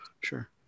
Sure